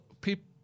people